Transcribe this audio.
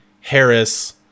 Harris